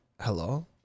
hello